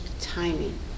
timing